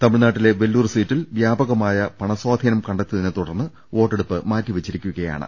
തമിഴ്നാട്ടിലെ വെല്ലൂർ സീറ്റിൽ വ്യാപകമായ പണസ്വാധീനം കണ്ടെത്തിയതിനെ തുടർന്ന് വോട്ടെടുപ്പ് മാറ്റി വെച്ചിരിക്കുകയാണ്